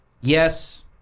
yes